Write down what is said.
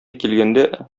килгәндә